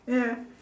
ya